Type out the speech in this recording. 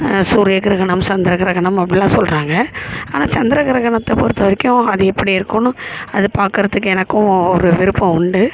சூரிய கிரகணம் சந்திர கிரகணம் அப்படிலாம் சொல்கிறாங்க ஆனால் சந்திர கிரகணத்தை பொறுத்த வரைக்கும் அது எப்படி இருக்கும்னு அது பார்க்குறதுக்கு எனக்கும் ஒரு விருப்பம் உண்டு